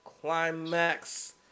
climax